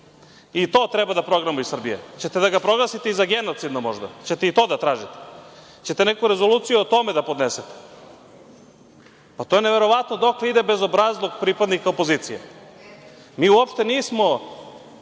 I to treba da progonimo iz Srbije. Hoćete da ga proglasite i za genocidno, možda? Hoćete i to da tražite? Hoćete neku rezoluciju o tome da podnesete? Neverovatno je dokle ide bezobrazluke, pripadnika opozicije. Mi uopšte nismo